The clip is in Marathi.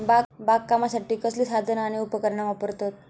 बागकामासाठी कसली साधना आणि उपकरणा वापरतत?